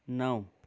नौ